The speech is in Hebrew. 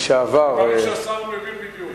נראה לי שהשר מבין בדיוק.